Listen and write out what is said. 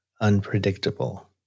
unpredictable